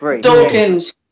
Dawkins